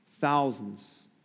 thousands